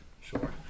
Sure